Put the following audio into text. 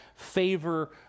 Favor